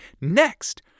Next